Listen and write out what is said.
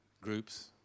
groups